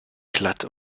glatt